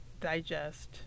digest